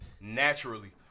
Naturally